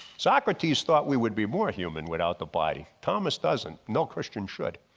socrates thought we would be more human without the body. thomas doesn't, no christian should.